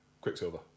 Quicksilver